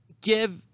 give